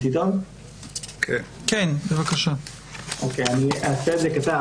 אני אעשה את זה קצר,